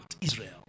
Israel